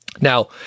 Now